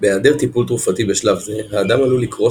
בהיעדר טיפול תרופתי בשלב זה האדם עלול לקרוס